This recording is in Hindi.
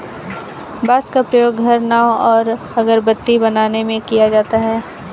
बांस का प्रयोग घर, नाव और अगरबत्ती बनाने में किया जाता है